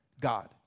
God